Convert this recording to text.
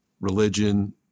religion